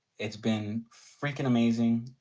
it's been freakin' amazing,